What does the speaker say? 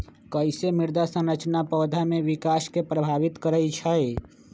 कईसे मृदा संरचना पौधा में विकास के प्रभावित करई छई?